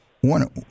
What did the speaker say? one